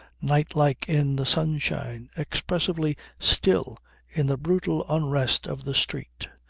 nightlike in the sunshine, expressively still in the brutal unrest of the street.